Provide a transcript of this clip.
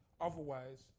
Otherwise